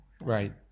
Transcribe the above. Right